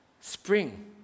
spring